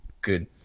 Good